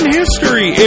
history